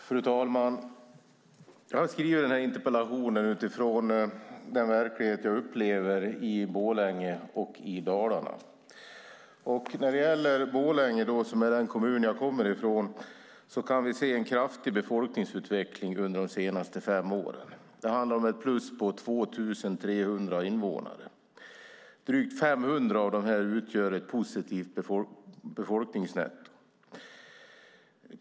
Fru talman! Jag har skrivit interpellationen utifrån den verklighet jag upplever i Borlänge och i Dalarna i övrigt. I Borlänge kommun som jag kommer från kan vi för de senaste fem åren se en kraftig befolkningsutveckling. Det handlar om ett plus på 2 300 invånare. Drygt 500 av dessa utgör ett positivt befolkningsnetto.